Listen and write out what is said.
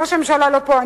ראש הממשלה לא פה,